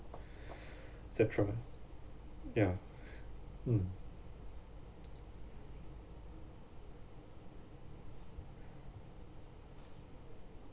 et cetera ya mm